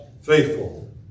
faithful